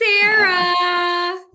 Sarah